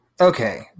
Okay